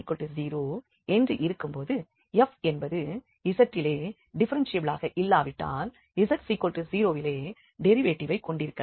z≠0 என்று இருக்கும்போது f என்பது z இலே டிஃப்ஃபெரென்ஷியபிளாக இல்லாவிட்டால் z0 விலே டெரிவேட்டிவ்வைக் கொண்டிருக்கலாம்